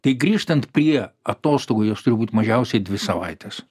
tai grįžtant prie atostogų jos turi būt mažiausiai dvi savaitės